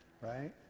right